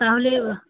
তাহলে